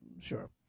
sure